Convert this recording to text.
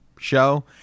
show